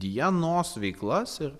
dienos veiklas ir